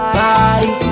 body